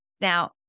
Now